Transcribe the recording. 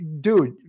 Dude